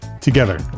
together